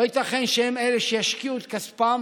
לא ייתכן שהם אלה שישקיעו את הכספים